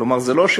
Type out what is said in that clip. כלומר, זה לא,